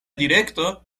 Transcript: direkto